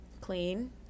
clean